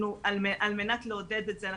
על מנת לעודד את זה,